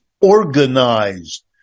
organized